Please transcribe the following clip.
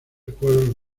pueblos